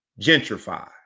Gentrify